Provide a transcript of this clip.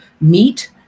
meet